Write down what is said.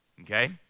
okay